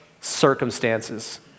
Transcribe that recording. circumstances